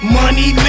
money